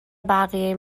بقیه